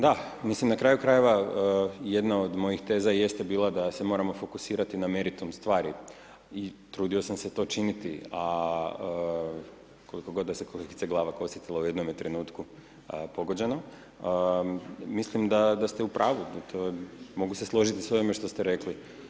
Da, mislim na kraju krajeva jedna od mojih teza jeste bila da se moramo fokusirati na meritum stvari i trudio sam se to činiti a koliko god da se kolegica Glavak osjetila u jednome trenutku pogođenom, mislim da ste u pravu, mogu se složiti sa ovime što ste rekli.